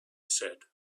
said